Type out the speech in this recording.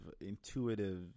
intuitive